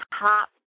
top